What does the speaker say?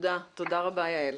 תודה רבה, יעל.